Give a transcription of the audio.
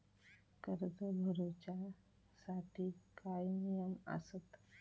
कर्ज भरूच्या साठी काय नियम आसत?